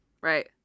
right